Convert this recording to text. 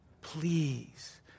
Please